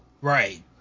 Right